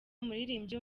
umuririmbyi